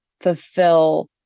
fulfill